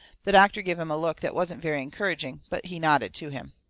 the doctor give him a look that wasn't very encouraging, but he nodded to him.